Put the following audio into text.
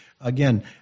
Again